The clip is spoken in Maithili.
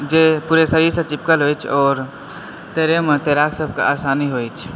जे पूरे शरीर से चिपकल अछि आओर तैरय मे तैराक सबके आसानी होइत अछि